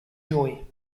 joy